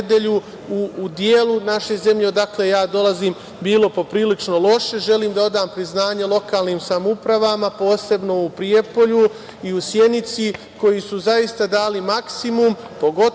u delu naše zemlje odakle ja dolazim, bilo poprilično loše. Želim da odam priznanje lokalnim samoupravama, posebno u Prijepolju i u Sjenici, koji su zaista dali maksimum. Pogotovo